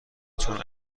چون